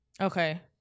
okay